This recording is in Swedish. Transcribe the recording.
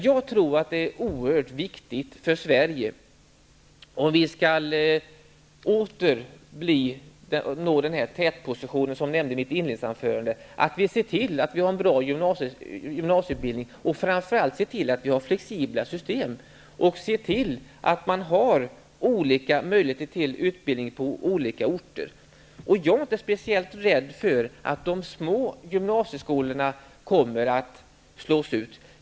Jag tror dock att det är oerhört viktigt för Sverige -- om vi åter skall nå den tätposition som jag nämnde i mitt inledningsanförande -- att vi ser till att vi har en bra gymnasieutbildning och framför allt flexibla system där det finns möjlighet till olika utbildningar på olika orter. Jag är inte särskilt rädd för att de små gymnasieskolorna kommer att slås ut.